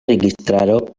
registaro